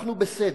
אנחנו בסדר.